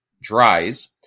dries